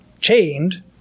chained